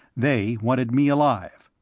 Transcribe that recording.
they wanted me alive.